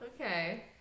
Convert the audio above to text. Okay